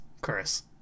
Chris